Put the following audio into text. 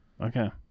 Okay